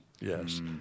Yes